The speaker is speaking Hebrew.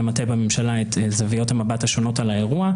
מטה בממשלה את זוויות המבט השונות על האירוע.